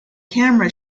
camera